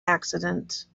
accident